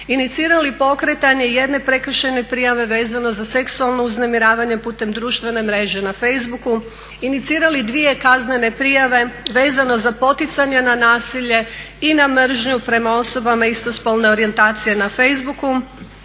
inicirali pokretanje jedne prekršajne prijave vezano za seksualno uznemiravanje putem društvene mreže na facebooku, inicirali dvije kaznene prijave vezano za poticanje na nasilje i na mržnju prema osobama istospolne orijentacije na facebooku.